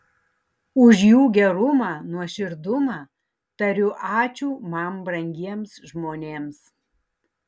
už jų gerumą nuoširdumą tariu ačiū man brangiems žmonėms